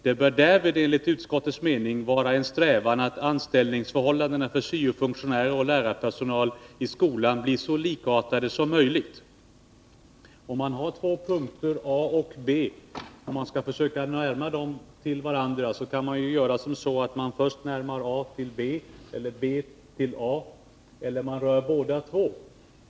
”Det bör därvid enligt utskottets mening vara en strävan att anställningsförhållandena för syo-funktionärer och lärarpersonal i skolan blir så likartade som möjligt.” Om man har två punkter, A och B, och skall försöka närma dem till varandra, kan man först närma A till B, eller B till A. Man kan också röra båda två.